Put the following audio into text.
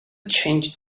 changed